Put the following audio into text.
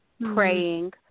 praying